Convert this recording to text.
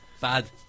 bad